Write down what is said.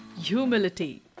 humility